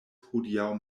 hodiaŭ